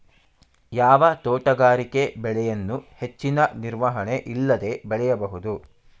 ಯಾವ ತೋಟಗಾರಿಕೆ ಬೆಳೆಯನ್ನು ಹೆಚ್ಚಿನ ನಿರ್ವಹಣೆ ಇಲ್ಲದೆ ಬೆಳೆಯಬಹುದು?